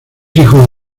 hijo